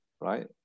right